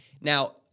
Now